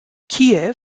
kiew